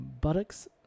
Buttocks